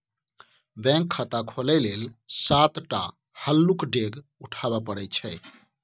bank खाता खोलय लेल सात टा हल्लुक डेग उठाबे परय छै